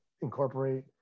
incorporate